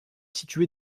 situé